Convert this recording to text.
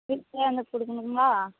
வீட்டில் வந்து கொடுக்கணுங்களா